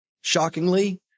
shockingly